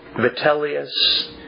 Vitellius